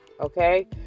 Okay